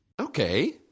Okay